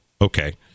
okay